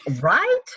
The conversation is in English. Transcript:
right